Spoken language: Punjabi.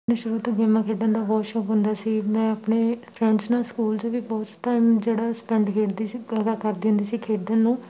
ਮੈਂ ਸ਼ੂਰੂ ਤੋਂ ਗੇਮਾਂ ਖੇਡਣ ਦਾ ਬਹੁਤ ਸ਼ੌਂਕ ਹੁੰਦਾ ਸੀ ਮੈਂ ਆਪਣੇ ਫਰੈਂਡਸ ਨਾਲ ਸਕੂਲ 'ਚ ਵੀ ਬਹੁਤ ਟਾਈਮ ਜਿਹੜਾ ਉਹ ਸਪੈਂਡ ਖੇਡਦੀ ਸੀ ਕਰਦੇ ਹੁੰਦੇ ਸੀ ਖੇਡਣ ਨੂੰ